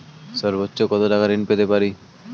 সর্বোচ্চ কত টাকা ঋণ পেতে পারি?